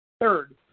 Third